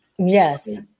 Yes